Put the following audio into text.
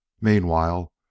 Meanwhile